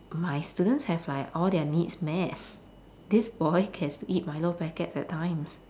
my students have like all their needs met this boy has to eat milo packets at times